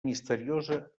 misteriosa